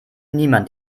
niemand